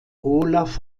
olaf